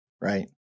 right